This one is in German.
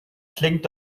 klingt